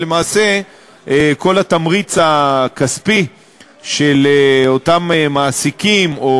ולמעשה כל התמריץ הכספי של אותם מעסיקים או